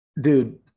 Dude